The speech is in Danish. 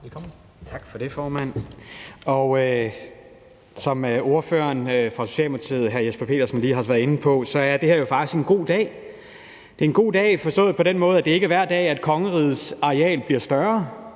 Tak for det, formand. Som ordføreren for Socialdemokratiet, hr. Jesper Petersen, lige har været inde på, er det her jo faktisk en god dag. Det er en god dag forstået på den måde, at det ikke er hver dag, at kongerigets areal bliver større.